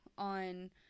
On